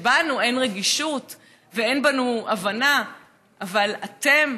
שבנו אין רגישות ואין בנו הבנה אבל אתם,